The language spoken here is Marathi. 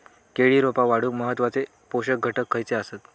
केळी रोपा वाढूक महत्वाचे पोषक घटक खयचे आसत?